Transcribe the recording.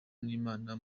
n’imana